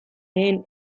lehen